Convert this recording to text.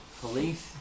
police